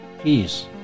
peace